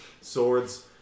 swords